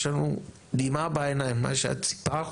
יש לנו דמעה בעיניים ממה שאת סיפרת,